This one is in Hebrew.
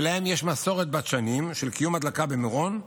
שלהם יש מסורת בת שנים של קיום הדלקה במירון,